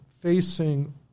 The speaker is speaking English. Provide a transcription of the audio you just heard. facing